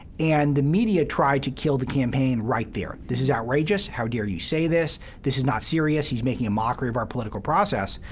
and the media tried to kill the campaign right there this is outrageous how dare you say this this is not serious he's making a mockery of our political process.